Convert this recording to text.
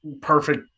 Perfect